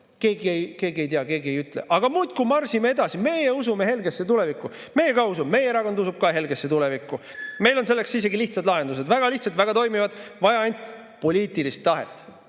Keegi ei tea, keegi ei ütle. Aga muudkui marsime edasi, meie usume helgesse tulevikku. Meie ka usume, meie erakond usub ka helgesse tulevikku. Meil on selleks isegi lihtsad lahendused, väga lihtsad, väga toimivad, vaja on ainult poliitilist tahet,